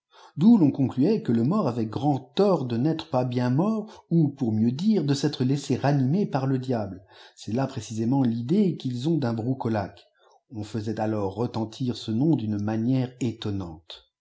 d'où l'on concluait que le mort avait grand tort de n'être ms bien mort ou pour mieux dire de s'être laissé ranimer par j diable cest là précisément l'idée quils oiu d un broucolaque on faisait alors retentir ce nom d'une manière étonnante